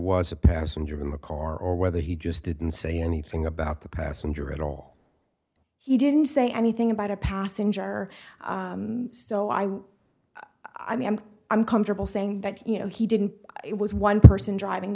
was a passenger in the car or whether he just didn't say anything about the passenger at all he didn't say anything about a passenger so i'm i mean i'm comfortable saying that you know he didn't it was one person driving